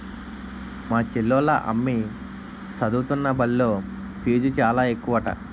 మా చెల్లోల అమ్మి సదువుతున్న బల్లో ఫీజు చాలా ఎక్కువట